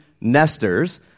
nesters